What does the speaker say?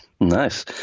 Nice